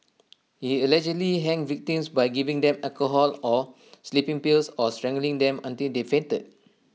he allegedly hanged victims by giving them alcohol or sleeping pills or strangling them until they fainted